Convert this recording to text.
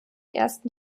ersten